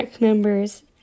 members